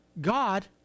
God